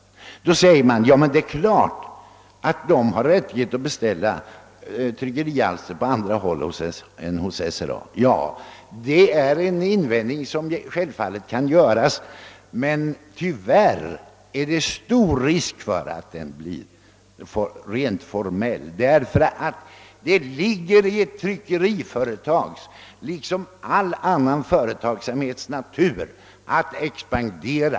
Mot detta kan man invända: Det är klart att ett sådant förlag har rättighet att beställa tryckerialster på andra håll än hos SRA. Detta kan självfallet sägas, men tyvärr är det stor risk för att en dylik invändning blir rent formell. Det ligger nämligen i ett tryckeriföretags — liksom i all annan företagsamhets — natur att expandera.